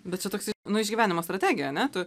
bet čia toksai nu išgyvenimo strategija ane tu